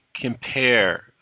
compare